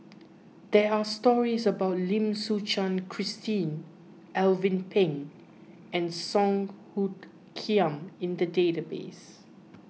there are stories about Lim Suchen Christine Alvin Pang and Song Hoot Kiam in the database